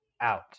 out